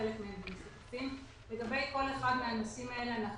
חלק מהם --- לגבי כל אחד מהנושאים האלה אנחנו